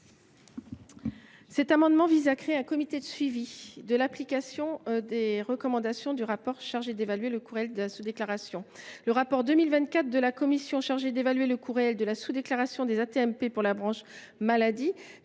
Cet amendement vise à créer un comité de suivi de l’application des recommandations du rapport chargé d’évaluer le coût réel de la sous déclaration. Le rapport de 2024 de la commission chargée d’évaluer le coût réel de la sous déclaration des AT MP pour la branche maladie